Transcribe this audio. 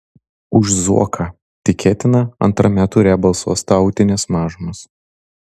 už zuoką tikėtina antrame ture balsuos tautinės mažumos